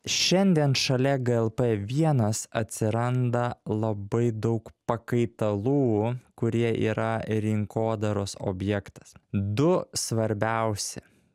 šiandien šalia glp vienas atsiranda labai daug pakaitalų kurie yra rinkodaros objektas du svarbiausi